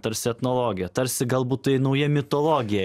tarsi etnologija tarsi galbūt tai nauja mitologija